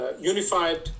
unified